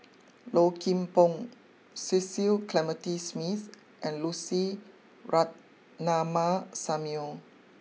Low Kim Pong Cecil Clementi Smith and Lucy Ratnammah Samuel